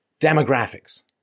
demographics